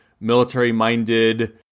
military-minded